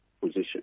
position